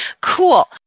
Cool